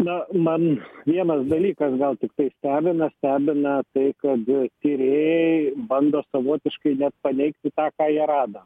na man vienas dalykas gal tiktai stebina stebina tai kad tyrėjai bando savotiškai nepaneigti tą ką jie rado